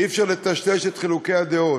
אי-אפשר לטשטש את חילוקי הדעות,